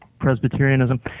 Presbyterianism